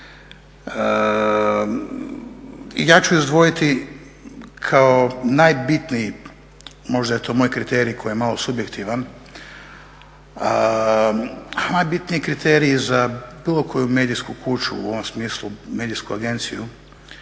ja ću izdvojiti kao najbitniji, možda je to moj kriterij koji je malo subjektivan, najbitniji kriterij za bilo koju medijsku kuću u ovom smislu medijsku agenciju